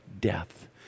death